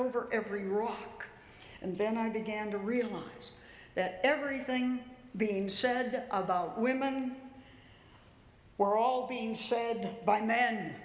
over every rock and then i began to realize that everything being said about women we're all being saved by m